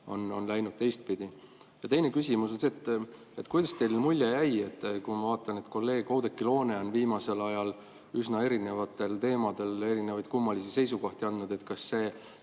on läinud teistpidi. Teine küsimus on see, kuidas teile mulje jäi. Ma vaatan, et kolleeg Oudekki Loone on viimasel ajal üsna erinevatel teemadel erinevaid kummalisi seisukohti avaldanud. Kas ma